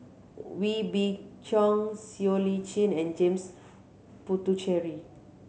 Wee Beng Chong Siow Lee Chin and James Puthucheary